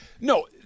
No